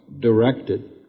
directed